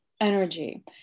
energy